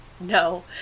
No